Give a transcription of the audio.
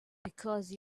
because